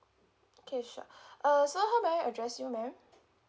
okay sure uh so how may I address you ma'am